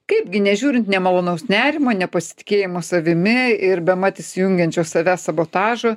kaipgi nežiūrint nemalonaus nerimo nepasitikėjimo savimi ir bemat įsijungiančio savęs sabotažo